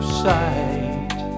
sight